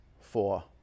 four